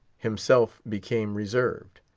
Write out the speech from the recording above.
himself became reserved.